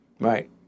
Right